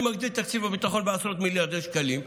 אני מגדיל את תקציב משרד הביטחון בעשרות מיליארדי שקלים,